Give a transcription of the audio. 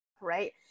right